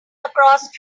across